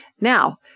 Now